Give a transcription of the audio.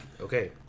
Okay